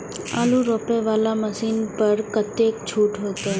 आलू रोपे वाला मशीन पर कतेक छूट होते?